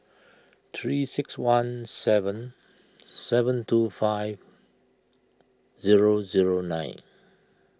three six one seven seven two five zero zero nine